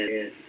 Yes